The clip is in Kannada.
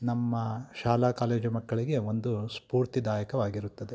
ನಮ್ಮ ಶಾಲಾ ಕಾಲೇಜು ಮಕ್ಕಳಿಗೆ ಒಂದು ಸ್ಪೂರ್ತಿದಾಯಕವಾಗಿರುತ್ತದೆ